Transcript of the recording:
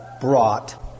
brought